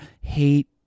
hate